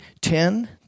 ten